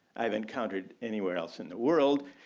i've encountered anywhere else in the world,